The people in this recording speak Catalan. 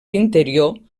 interior